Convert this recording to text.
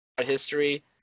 history